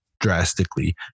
drastically